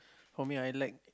for me I like